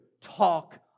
talk